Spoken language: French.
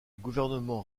gouvernement